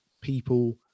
people